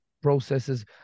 processes